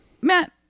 Matt